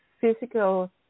physical